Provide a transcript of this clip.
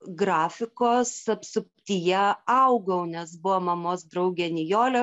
grafikos apsuptyje augau nes buvo mamos draugė nijolė